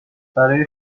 برای